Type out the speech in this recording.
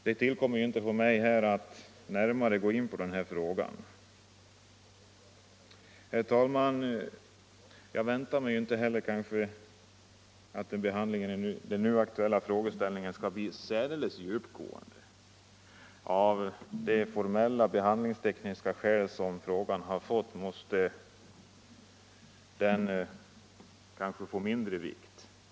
Det ankommer emellertid inte på mig att här närmare gå in på denna fråga. Herr talman! Jag väntar mig inte att behandlingen av de nu aktuella frågeställningarna skall bli särdeles djupgående. Av formella och behandlingstekniska skäl har frågan kanske fått mindre vikt.